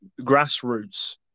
grassroots